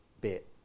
bit